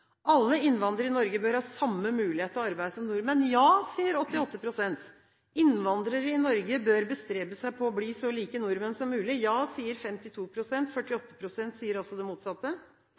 Alle innvandrere i Norge bør ha samme mulighet til arbeid som nordmenn. Ja, sier 88 pst. Innvandrere i Norge bør bestrebe seg på å bli så lik nordmenn som mulig. Ja, sier 52 pst. – 48 pst. sier altså det motsatte.